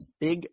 Big